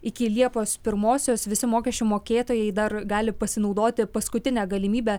iki liepos pirmosios visi mokesčių mokėtojai dar gali pasinaudoti paskutine galimybe